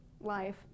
life